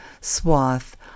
swath